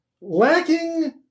lacking